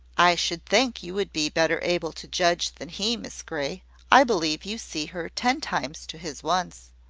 i should think you would be better able to judge than he, miss grey i believe you see her ten times to his once.